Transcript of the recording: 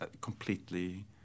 completely